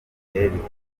bitandukanye